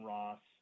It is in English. Ross